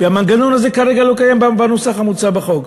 והמנגנון הזה כרגע לא קיים בנוסח המוצע בחוק.